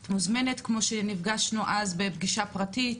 את מוזמנת, כמו שנפגשנו אז בפגישה פרטית,